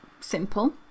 Simple